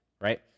right